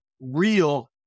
real